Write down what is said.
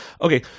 Okay